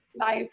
life